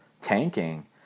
tanking